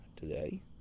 today